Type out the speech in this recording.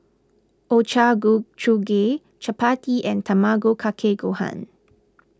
Ochazuke Chapati and Tamago Kake Gohan